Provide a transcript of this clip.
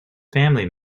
family